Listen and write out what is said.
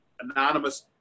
anonymous